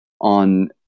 on